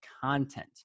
content